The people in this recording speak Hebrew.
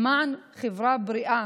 למען חברה בריאה,